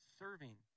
serving